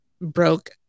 broke